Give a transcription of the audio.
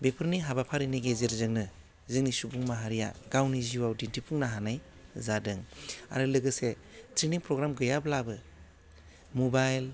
बेफोरनि हाबाफारिनि गेजेरजोंनो जोंनि सुबुं माहारिया गावनि जिउआव दिन्थिफुंनो हानाय जादों आरो लोगोसे ट्रेइनिं फ्रग्राम गैयाब्लाबो मबाइल